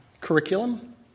curriculum